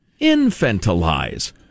Infantilize